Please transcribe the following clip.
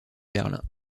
berlin